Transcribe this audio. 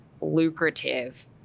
lucrative